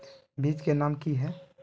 बीज के नाम की है?